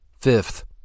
Fifth